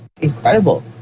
incredible